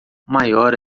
maior